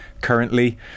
currently